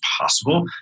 possible